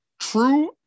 true